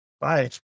Bye